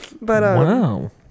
Wow